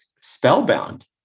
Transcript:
spellbound